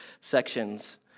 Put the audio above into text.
sections